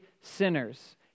sinners